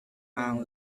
ang